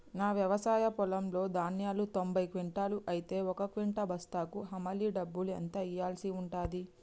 నా వ్యవసాయ పొలంలో ధాన్యాలు తొంభై క్వింటాలు అయితే ఒక క్వింటా బస్తాకు హమాలీ డబ్బులు ఎంత ఇయ్యాల్సి ఉంటది?